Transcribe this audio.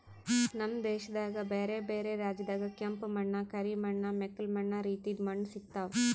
ನಮ್ ದೇಶದಾಗ್ ಬ್ಯಾರೆ ಬ್ಯಾರೆ ರಾಜ್ಯದಾಗ್ ಕೆಂಪ ಮಣ್ಣ, ಕರಿ ಮಣ್ಣ, ಮೆಕ್ಕಲು ಮಣ್ಣ ರೀತಿದು ಮಣ್ಣ ಸಿಗತಾವ್